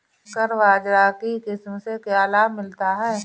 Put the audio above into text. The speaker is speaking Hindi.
संकर बाजरा की किस्म से क्या लाभ मिलता है?